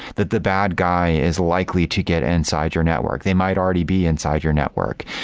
that the bad guy is likely to get inside your network. they might already be inside your network.